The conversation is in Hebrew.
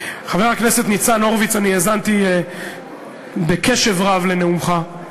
חבר הכנסת ניצן הורוביץ, האזנתי בקשב רב לנאומך.